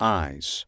eyes